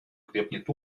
крепнет